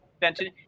Benton